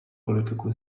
political